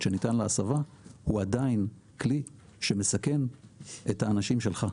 שניתן להסבה הוא עדיין כלי שמסכן את האנשים שלך,